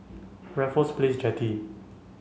Raffles Place Jetty